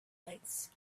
lights